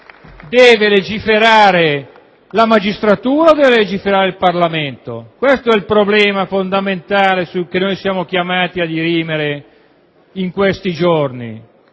deve legiferare la magistratura o il Parlamento? Questo è il problema fondamentale che noi siamo chiamati a dirimere in questi giorni.